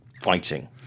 fighting